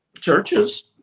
churches